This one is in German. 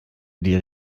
die